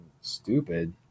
Stupid